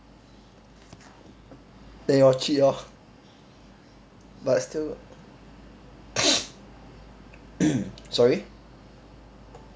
then you all cheat lor but still sorry